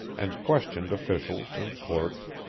and questioned officials and clerks,